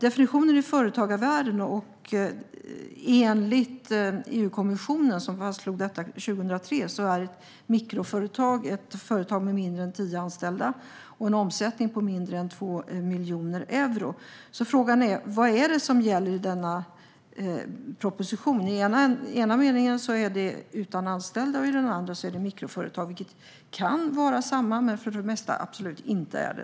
Enligt företagarvärlden och EU-kommissionen, som fastslog detta 2003, är definitionen av ett mikroföretag ett företag med färre än tio anställda och med en omsättning på mindre än 2 miljoner euro. Vad är det som gäller i propositionen? I ena meningen är det att vara utan anställda, och i den andra meningen är det fråga om mikroföretag. Det kan vara samma men är för det mesta absolut inte samma.